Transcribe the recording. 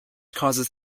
causes